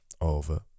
over